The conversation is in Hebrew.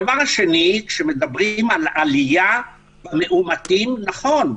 הדבר השני, כשמדברים על עלייה במאומתים נכון,